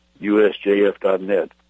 usjf.net